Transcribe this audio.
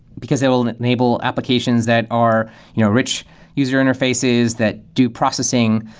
because they will and enable applications that are you know rich user interfaces, that do processing,